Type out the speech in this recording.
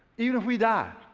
even if we die,